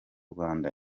rwanda